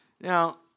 Now